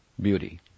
beauty